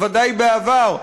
בוודאי בעבר,